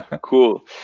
Cool